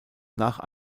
nach